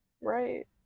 right